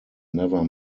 never